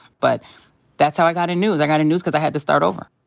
but that's how i got in news. i got in news cause i had to start over.